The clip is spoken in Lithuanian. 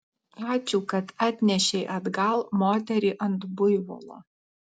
ačiū kad atnešei atgal moterį ant buivolo